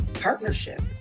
partnership